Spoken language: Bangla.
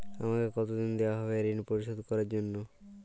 আমাকে কতদিন দেওয়া হবে ৠণ পরিশোধ করার জন্য?